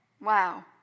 wow